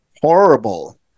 horrible